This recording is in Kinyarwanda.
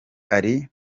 ari